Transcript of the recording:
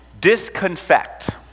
Disconfect